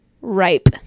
ripe